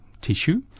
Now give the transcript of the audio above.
tissue